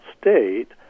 state